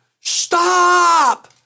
stop